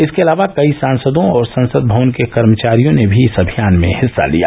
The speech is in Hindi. इसके अलावा कई सांसदों और संसद भवन के कर्मचारियों ने भी इस अभियान में हिस्सा लिया